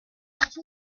larger